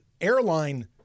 airline